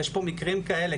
יש פה מקרים כאלה,